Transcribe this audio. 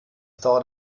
dauert